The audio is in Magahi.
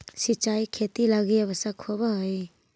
सिंचाई खेती लगी आवश्यक होवऽ हइ